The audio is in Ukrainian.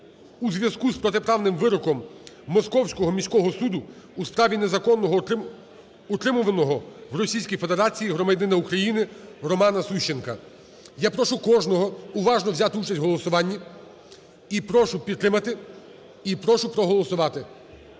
у зв'язку з протиправним вироком Московського міського суду у справі незаконного утримуваного в Російській Федерації громадянина України Романа Сущенка. Я прошу кожного уважно взяти участь в голосуванні і прошу підтримати, і прошу проголосувати.